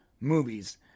movies